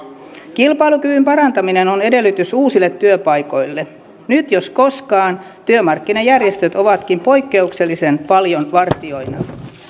kilpailukyvyn parantaminen on edellytys uusille työpaikoille nyt jos koskaan työmarkkinajärjestöt ovatkin poikkeuksellisen paljon vartijoina